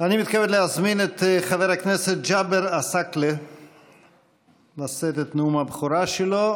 אני מתכבד להזמין את חבר הכנסת ג'אבר עסאקלה לשאת את נאום הבכורה שלו.